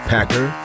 Packer